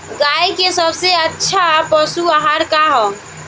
गाय के सबसे अच्छा पशु आहार का ह?